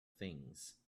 things